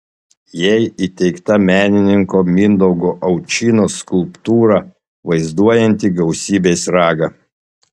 jai įteikta menininko mindaugo aučynos skulptūra vaizduojanti gausybės ragą